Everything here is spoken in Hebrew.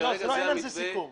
כרגע אין על זה סיכום.